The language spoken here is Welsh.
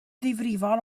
ddifrifol